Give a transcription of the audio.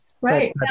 right